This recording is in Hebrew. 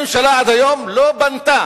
הממשלה עד היום לא בנתה